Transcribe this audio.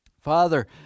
Father